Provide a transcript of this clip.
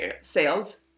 sales